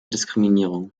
diskriminierung